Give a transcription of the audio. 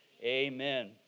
amen